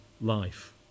life